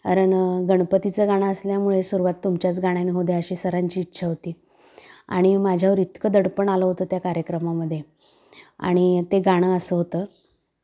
कारण गणपतीचं गाणं असल्यामुळे सुरवात तुमच्याच गाण्यानं होऊद्या अशी सरांची इच्छा होती आणि माझ्यावर इतकं दडपण आलं होतं त्या कार्यक्रमामध्ये आणि ते गाणं असं होतं